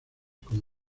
como